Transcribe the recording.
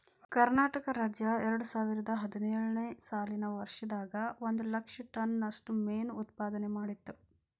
ಕರ್ನಾಟಕ ರಾಜ್ಯ ಎರಡುಸಾವಿರದ ಹದಿನೇಳು ನೇ ಸಾಲಿನ ವರ್ಷದಾಗ ಒಂದ್ ಲಕ್ಷ ಟನ್ ನಷ್ಟ ಮೇನು ಉತ್ಪಾದನೆ ಮಾಡಿತ್ತು